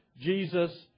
Jesus